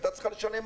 היתה צריכה הרבה.